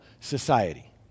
society